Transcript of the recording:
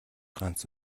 ганц